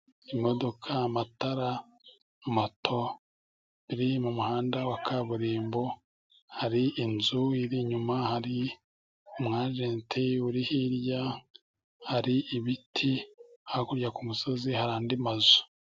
Imodoka, amatara, moto iri mu muhanda wa kaburimbo, hari inzu iri inyuma, hari umwagente uri hirya, hari ibiti, hakurya k'umusozi hari andi mazu.